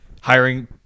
hiring